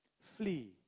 Flee